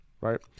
right